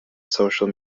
social